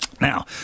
Now